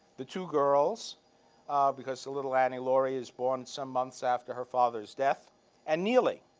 the two girls because so little annie laurie is born some months after her father's death and neeley,